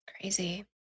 crazy